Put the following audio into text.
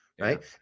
Right